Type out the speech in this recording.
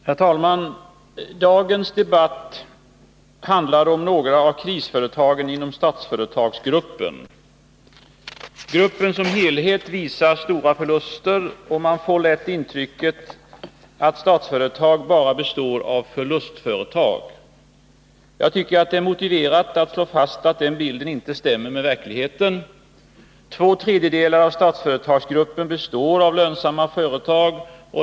Herr talman! Dagens debatt handlar om några av krisföretagen inom Statsföretagsgruppen. Gruppen som helhet visar stora förluster, och man får lätt intrycket att Statsföretag bara består av förlustföretag. Jag tycker att det är motiverat att slå fast att den bilden inte stämmer med verkligheten. Två tredjedelar av Statsföretagsgruppen består av lönsamma företag.